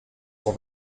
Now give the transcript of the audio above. over